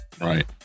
Right